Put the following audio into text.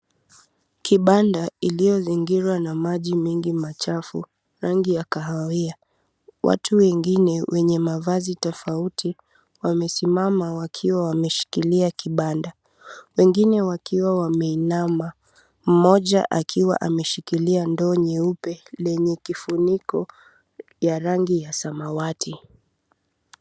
Kibanda iliyozingirwa na maji mengi machafu rangi ya kahawia. Watu wengine wenye mavazi tofauti wamesimama wakiwa wameshikilia kibanda, wengine wakiwa wameinama mmoja akiwa ameshikilia ndoo nyeupe lenye kifuniko ya rangi ya samawati.